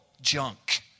junk